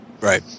Right